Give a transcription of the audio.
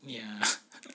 yeah